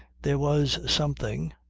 there was something,